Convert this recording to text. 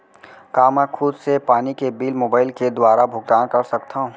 का मैं खुद से पानी के बिल मोबाईल के दुवारा भुगतान कर सकथव?